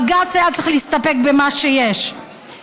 בג"ץ היה צריך להסתפק במה שיש,